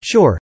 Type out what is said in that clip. Sure